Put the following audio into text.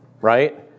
right